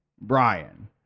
Brian